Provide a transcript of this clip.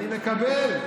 אני מקבל.